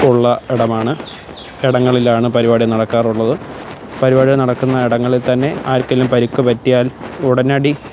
ഉള്ള ഇടമാണ് ഇടങ്ങളിലാണ് പരിപാടി നടക്കാറുള്ളത് പരിപാടികൾ നടക്കുന്ന ഇടങ്ങളില് തന്നെ ആർക്കെങ്കിലും പരിക്ക് പറ്റിയാല് ഉടനടി